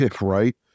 Right